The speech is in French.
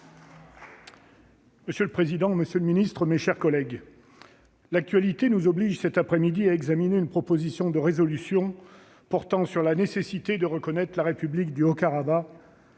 Monsieur le président, monsieur le secrétaire d'État, mes chers collègues, l'actualité nous oblige, cet après-midi, à examiner une proposition de résolution portant sur la nécessité de reconnaître la République du Haut-Karabagh.